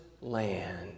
land